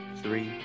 three